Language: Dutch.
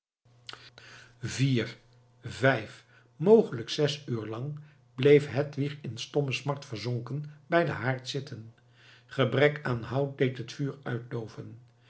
vier vijf mogelijk zes uur lang bleef hedwig in stomme smart verzonken bij den haard zitten gebrek aan hout deed het vuur uitdooven